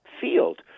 field